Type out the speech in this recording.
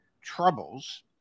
troubles